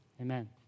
Amen